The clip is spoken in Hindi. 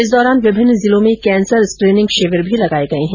इस दौरान विभिन्न जिलों में कैंसर स्क्रीनिंग शिविर भी लगाए गए है